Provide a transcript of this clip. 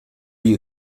you